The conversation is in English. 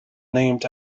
named